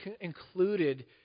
included